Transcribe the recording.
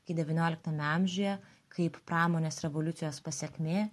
kai devynioliktame amžiuje kaip pramonės revoliucijos pasekmė